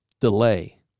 delay